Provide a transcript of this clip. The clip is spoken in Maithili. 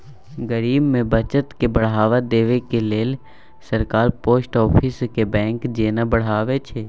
गरीब मे बचत केँ बढ़ावा देबाक लेल सरकार पोस्ट आफिस केँ बैंक जेना बढ़ाबै छै